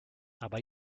aber